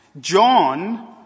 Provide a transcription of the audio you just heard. John